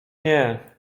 nie